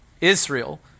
Israel